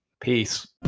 Peace